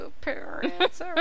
parents